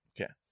Okay